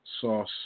Sauce